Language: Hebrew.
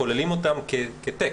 כוללים אותן כטקסט,